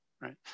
right